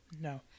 no